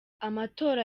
amatora